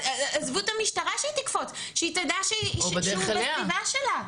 עזבו את המשטרה שתקפוץ, שהיא תדע שהוא בסביבה שלה.